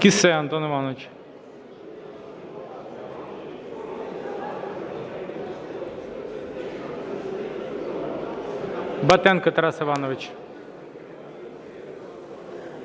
Кіссе Антон Іванович. Батенко Тарас Іванович.